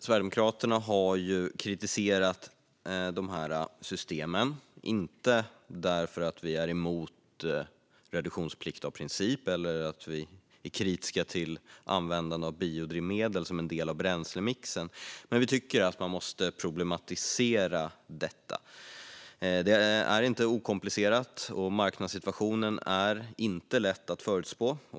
Sverigedemokraterna har kritiserat systemen, inte för att vi är emot reduktionsplikt av princip eller för att vi är kritiska till användande av biodrivmedel som en del av bränslemixen utan för att vi tycker att man måste problematisera frågan. Den är inte okomplicerad, och marknadssituationen är inte lätt att förutspå.